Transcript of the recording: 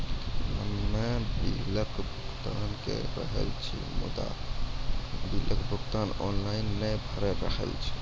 हम्मे बिलक भुगतान के रहल छी मुदा, बिलक भुगतान ऑनलाइन नै भऽ रहल छै?